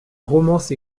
romance